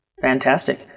Fantastic